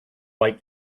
white